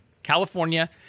California